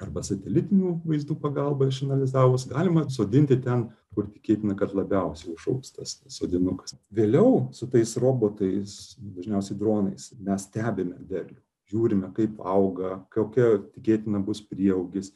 arba satelitinių vaizdų pagalba išanalizavus galima sodinti ten kur tikėtina kad labiausiai užaugs tas sodinukas vėliau su tais robotais dažniausiai dronais mes stebime derlių žiūrime kaip auga kokia tikėtina bus prieaugis